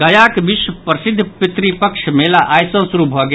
गयाक विश्व प्रसिद्ध पितृपक्ष मेला आइ सॅ शुरू भऽ गेल